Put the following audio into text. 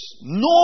No